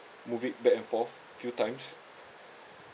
move it back and forth few times